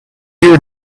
here